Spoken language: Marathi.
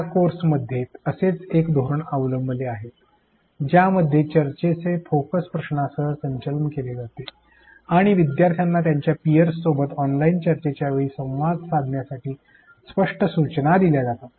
या कोर्समध्ये असेच एक धोरण अवलंबले जाते ज्यामध्ये चर्चेचे फोकस प्रश्नासह संचलन केले जाते आणि विद्यार्थ्यांना त्यांच्या पियर्स सोबत ऑनलाइन चर्चेच्या वेळी संवाद साधण्यासाठी स्पष्ट सूचना दिल्या जातात